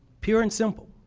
pure and simple,